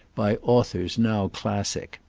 by authors now classic.